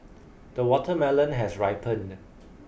the watermelon has ripened